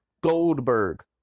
Goldberg